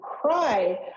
cry